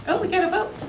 but we gotta vote.